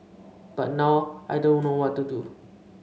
but now I don't know what to do